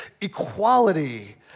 equality